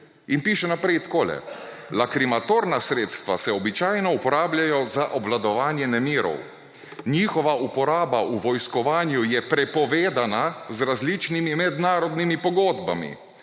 in piše naprej takole: »Lakrimatorna sredstva se običajno uporabljajo za obvladovanje nemirov. Njihova uporaba v vojskovanju je prepovedana z različnimi mednarodnimi pogodbami.